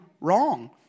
wrong